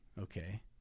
Okay